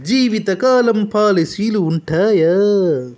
జీవితకాలం పాలసీలు ఉంటయా?